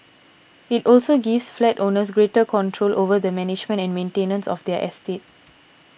it also gives flat owners greater control over the management and maintenance of their estate